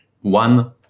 one